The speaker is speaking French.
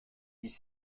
dix